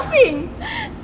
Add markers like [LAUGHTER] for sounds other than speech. [LAUGHS]